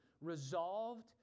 resolved